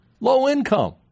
Low-income